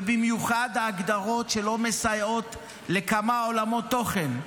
ובמיוחד ההגדרות שלא מסייעות לכמה עולמות תוכן.